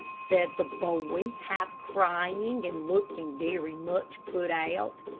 said the boy, half crying and looking very much put out,